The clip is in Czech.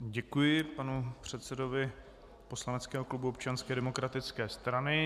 Děkuji panu předsedovi poslaneckého klubu Občanské demokratické strany.